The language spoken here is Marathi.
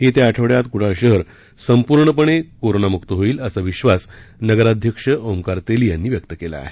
येत्या आठवडयात कुडाळ शहर संपूर्ण कोरोनामुक्त होईल असा विश्वास नगराध्यक्ष ओंकार तेली यांनी व्यक्त केला आहे